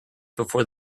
before